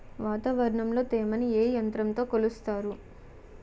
వాతావరణంలో తేమని ఏ యంత్రంతో కొలుస్తారు?